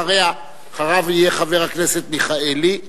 אחריה יהיה חבר הכנסת מיכאלי,